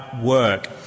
work